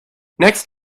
next